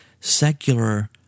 secular